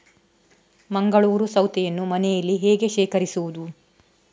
ಮಂಗಳೂರು ಸೌತೆಯನ್ನು ಮನೆಯಲ್ಲಿ ಹೇಗೆ ಶೇಖರಿಸುವುದು?